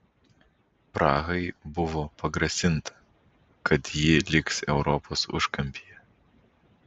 prahai buvo pagrasinta kad ji liks europos užkampyje